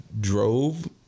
drove